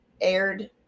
aired